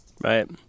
Right